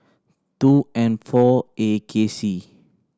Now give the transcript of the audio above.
two N four A K C